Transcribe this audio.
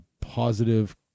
positive